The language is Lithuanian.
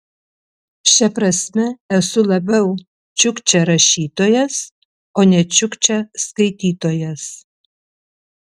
šia prasme esu labiau čiukčia rašytojas o ne čiukčia skaitytojas